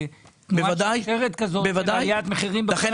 תגובת שרשרת כזאת של עליית מחירים בכל המשק?